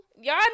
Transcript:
Y'all